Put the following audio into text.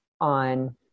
on